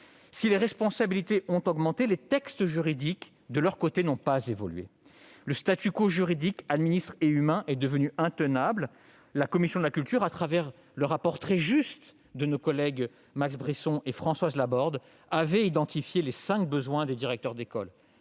si les responsabilités ont augmenté, les textes juridiques, eux, n'ont pas évolué. Le juridique, administratif et humain est devenu intenable. La commission de la culture, au travers du rapport très juste de nos collègues Max Brisson et Françoise Laborde, avait identifié les cinq besoins des directeurs d'école